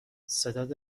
ستاد